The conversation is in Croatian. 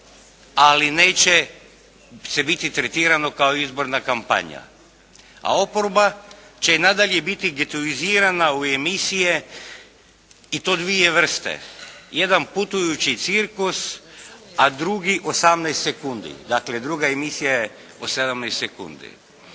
ali neće se biti tretirano kao izborna kampanja, a oporba će i nadalje biti getuizirana u emisije i to dvije vrste, jedan putujući cirkus, a drugi 18 sekundi. Dakle druga emisija je 18 sekundi.